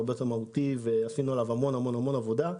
זה שינוי טופס הודעת המיזוג.